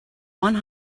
one